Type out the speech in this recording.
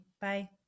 Bye